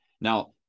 Now